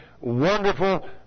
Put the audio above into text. wonderful